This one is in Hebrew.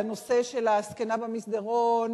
זה הנושא של הזקנה במסדרון.